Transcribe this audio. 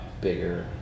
bigger